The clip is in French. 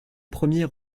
premiers